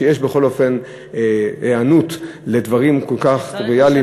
שיש בכל אופן היענות לדברים כל כך טריוויאליים.